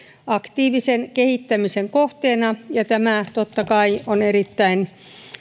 aktiivisen kehittämisen kohteena ja tämä miten se tuli esille oli totta kai erittäin